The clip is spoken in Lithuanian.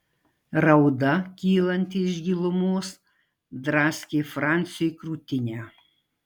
rauda kylanti iš gilumos draskė franciui krūtinę